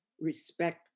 respect